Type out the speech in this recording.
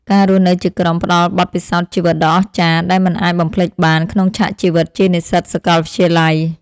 ការរស់នៅជាក្រុមផ្តល់បទពិសោធន៍ជីវិតដ៏អស្ចារ្យដែលមិនអាចបំភ្លេចបានក្នុងឆាកជីវិតជានិស្សិតសាកលវិទ្យាល័យ។